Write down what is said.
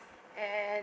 and